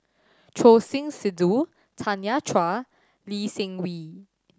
Choor Singh Sidhu Tanya Chua Lee Seng Wee